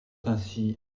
ainsi